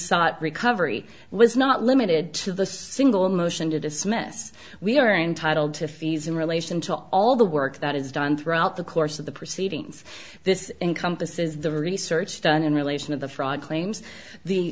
sought recovery was not limited to the single motion to dismiss we are entitled to fees in relation to all the work that is done throughout the course of the proceedings this encompasses the research done in relation of the fraud claims the